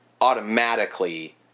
automatically